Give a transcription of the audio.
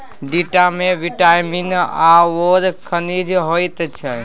टिंडामे विटामिन आओर खनिज होइत छै